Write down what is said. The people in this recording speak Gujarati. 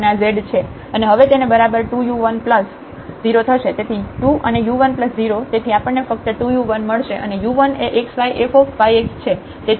અને હવે તેને બરાબર 2u10 થશે તેથી 2 અને u1 0 તેથી આપણને ફક્ત 2u1 મળશે અને u1 એ xy fyx છે